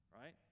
right